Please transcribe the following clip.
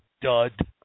dud